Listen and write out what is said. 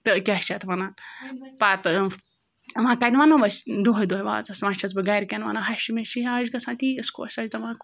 تہٕ کیٛاہ چھِ اَتھ وَنان پَتہٕ وۄنۍ کَتہِ وَنو أسۍ دۄہَے دۄہَے وازَس وۄنۍ چھٮ۪س بہٕ گَرِکٮ۪ن وَنان ہَشہِ مےٚ چھِ ہَش گژھان تیٖژ خۄش سۄ چھِ دَپان